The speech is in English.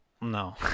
no